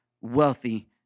wealthy